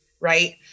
Right